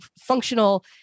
functional